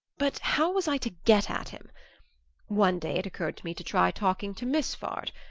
but how was i to get at him one day it occurred to me to try talking to miss vard.